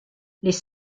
les